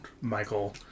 Michael